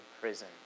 prison